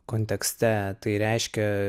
kontekste tai reiškia